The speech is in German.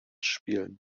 spielen